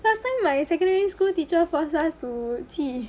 last time my secondary school teacher force us to 记